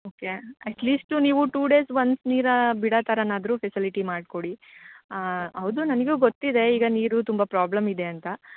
okay at least ನೀವು two days once ನೀರು ಬಿಡೋ ಥರನಾದರೂ ಫೆಸಿಲಿಟಿ ಮಾಡಿಕೊಡಿ ಹೌದು ನನಗೂ ಗೊತ್ತಿದೆ ಈಗ ನೀರು ತುಂಬ ಪ್ರಾಬ್ಲಮ್ ಇದೆ ಅಂತ